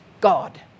God